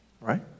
right